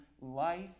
life